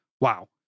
Wow